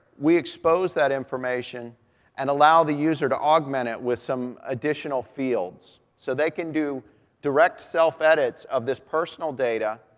we expose that information and allow the user to augment it with some additional fields. so they can do direct self-edits of this personal data,